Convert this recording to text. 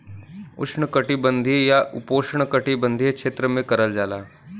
उष्णकटिबंधीय या उपोष्णकटिबंधीय क्षेत्र में करल जाला